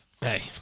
Hey